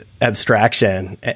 abstraction